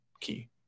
key